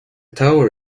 tower